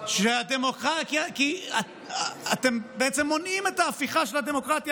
כי אתם בעצם מונעים את ההפיכה של הדמוקרטיה